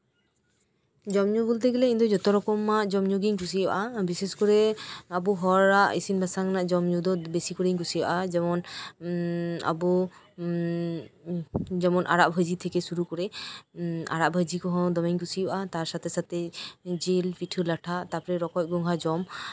ᱡᱚᱢᱼᱧᱩ ᱵᱚᱞᱛᱮ ᱜᱮᱞᱮ ᱤᱧ ᱫᱚ ᱡᱷᱚᱛᱚ ᱨᱚᱠᱚᱢᱟᱜ ᱡᱚᱢᱼᱧᱩ ᱜᱤᱧ ᱠᱩᱥᱤᱣᱟᱜᱼᱟ ᱵᱤᱥᱮᱥ ᱠᱚᱨᱮ ᱟᱵᱚ ᱦᱚᱲᱟᱜ ᱤᱥᱤᱱᱼᱵᱟᱥᱟᱝ ᱨᱮᱱᱟᱜ ᱡᱚᱢᱼᱧᱩ ᱫᱚ ᱵᱤᱥᱤ ᱠᱚᱨᱮᱧ ᱠᱩᱥᱤᱞᱣᱟᱜᱼᱟ ᱡᱮᱢᱚᱱ ᱟᱵᱚ ᱩᱸᱜ ᱟᱲᱟᱜ ᱵᱷᱟᱡᱤ ᱛᱷᱮᱠᱮ ᱥᱩᱨᱩ ᱠᱚᱨᱮ ᱩᱸᱜ ᱟᱲᱟᱜ ᱵᱷᱟᱡᱤ ᱠᱚᱦᱚᱸ ᱫᱚᱢᱮᱧ ᱠᱩᱥᱤᱣᱟᱜᱼᱟ ᱛᱟᱨ ᱥᱟᱛᱷᱮᱼᱥᱟᱛᱷᱮ ᱡᱤᱞ ᱯᱤᱴᱷᱟᱹᱼᱞᱟᱴᱷᱟ ᱛᱟᱨᱯᱚᱨᱮ ᱨᱚᱠᱚᱡ ᱜᱚᱸᱜᱷᱟ ᱡᱚᱢ